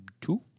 two